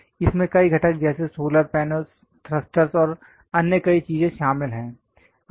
इसमें कई घटक जैसे सोलर पैनलस् थ्रस्टरस् और कई अन्य चीजें शामिल हैं